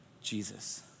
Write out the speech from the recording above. Jesus